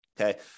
Okay